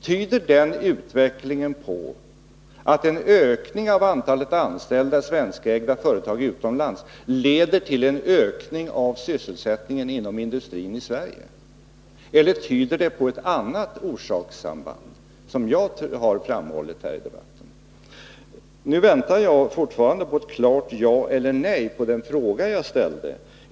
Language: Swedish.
Tyder den utvecklingen på att en ökning av antalet anställda i svenskägda företag utomlands leder till en ökning av sysselsättningen inom industrin i Sverige eller tyder den på ett annat orsakssamband, som jag har framhållit här i debatten? Jag väntar fortfarande på ett klart ja eller nej på den fråga jag ställde.